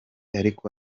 ariko